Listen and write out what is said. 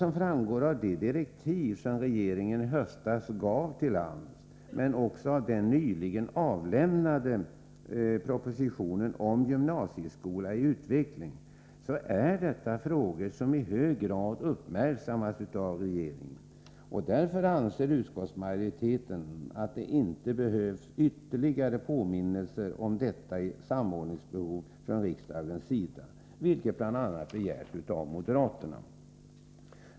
Som framgår av de direktiv som regeringen i höstas gav till AMS, men också av den nyligen avlämnade propositionen om gymnasieskola i utveckling, är detta frågor som i hög grad uppmärksammats inom regeringen. Därför anser utskottsmajoriteten att det inte behövs ytterligare påminnelser om detta samordningsbehov från riksdagens sida, vilket har begärts av bl.a. moderaterna.